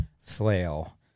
flail